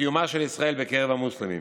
לקיומה של ישראל בקרב המוסלמים.